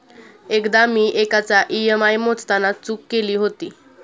एकदा मी एकाचा ई.एम.आय मोजताना चूक केली होती